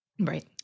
Right